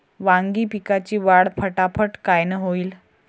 वांगी पिकाची वाढ फटाफट कायनं होईल?